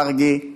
מרגי.